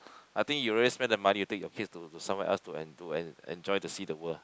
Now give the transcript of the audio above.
I think you already spend the money to take your kids to to somewhere else to en~ to to enjoy to see the world